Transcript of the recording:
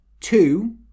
Two